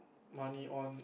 money on